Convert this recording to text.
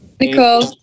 Nicole